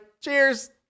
Cheers